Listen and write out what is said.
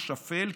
כשפל,